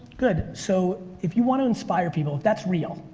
good, so if you want to inspire people, that's real,